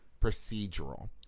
procedural